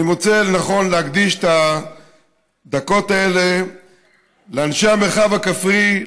אני מוצא לנכון להקדיש את הדקות האלה לאנשי המרחב הכפרי,